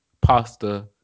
pasta